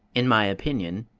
in my opinion,